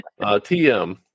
tm